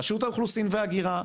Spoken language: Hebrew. רשות האוכלוסין וההגירה,